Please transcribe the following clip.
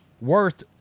worth